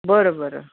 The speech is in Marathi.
बरं बरं